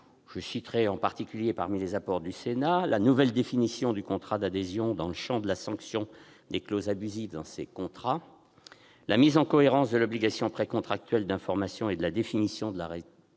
citons en particulier la nouvelle définition du contrat d'adhésion et le champ de la sanction des clauses abusives dans ces contrats ; la mise en cohérence de l'obligation précontractuelle d'information et de la définition de la réticence